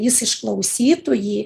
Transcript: jis išklausytų jį